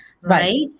right